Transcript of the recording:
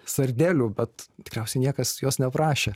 sardelių bet tikriausiai niekas jos neprašė